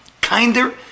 kinder